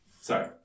Sorry